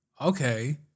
okay